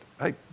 hey